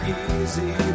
easy